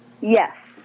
Yes